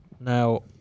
Now